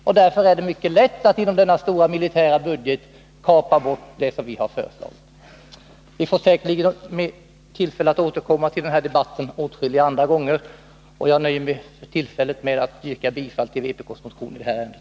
Det är mycket lätt att inom denna stora militära budget kapa så som vi har föreslagit. Vi får säkerligen tillfälle att återkomma till den här debatten åtskilliga gånger, och jag nöjer mig för dagen med att yrka bifall till vpk:s motion i det här ärendet.